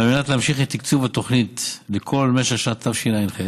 על מנת להמשיך את תקצוב התוכנית לכל משך שנת התשע"ח,